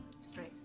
straight